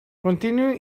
continue